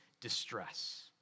distress